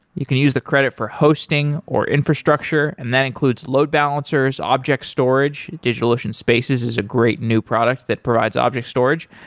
you can use the credit for hosting, or infrastructure and that includes load balancers, object storage, digitalocean spaces is a great new product that provides object storage,